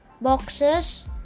boxes